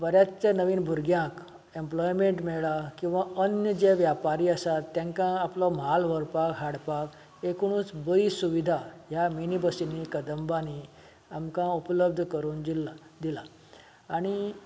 बऱ्याचशा नवीन भुरग्यांक एमप्लोयमेंट मेळ्ळां किंवा अन्य जे व्यापारी आसात तांकां आपलो म्हाल व्हरपाक हाडपाक एकुणूच बरी सुविधा ह्या मिनी बसीन मिनी कदंबांनी आमकां उपलब्ध करून दिल्या